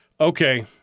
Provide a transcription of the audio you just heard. Okay